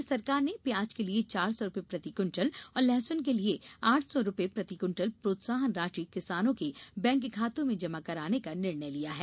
राज्य सरकार ने प्याज के लिये चार सौ रूपये प्रति क्विटल और लहसुन के लिये आठ सौ रूपये प्रति क्विटल प्रोत्साहन राशि किसानों के बैंक खातों में जमा कराने का निर्णय लिया है